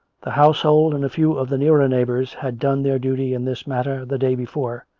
the household and a few of the nearer neigh bours had done their duty in this matter the day before,